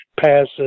passes